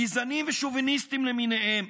גזענים ושוביניסטים למיניהם,